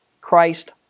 Christ